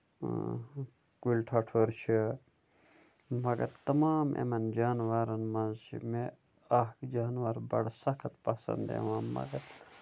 کُلۍ ٹھۅٹھُر چھُ مَگر تَمام یِمَن جانورَن منٛز چھِ مےٚ اکھ جانور بڈٕ سَخت پَسنٛد یِوان مَگر